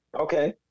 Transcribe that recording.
Okay